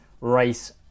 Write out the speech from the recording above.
race